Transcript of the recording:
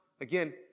again